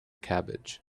cabbage